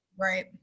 Right